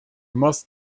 must